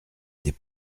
des